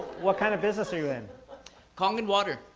what kind of business are you and kangen water.